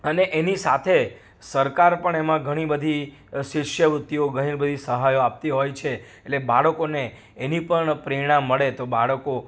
અને એની સાથે સરકાર પણ એમાં ઘણી બધી શિષ્યવૃત્તિઓ ઘણી બધી સહાયો આપતી હોય છે એટલે બાળકોને એની પણ પ્રેરણા મળે તો બાળકો